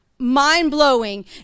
mind-blowing